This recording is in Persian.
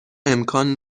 امکان